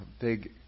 Big